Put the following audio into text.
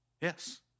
Yes